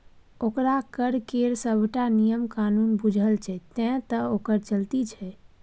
ओकरा कर केर सभटा नियम कानून बूझल छै तैं तँ ओकर चलती छै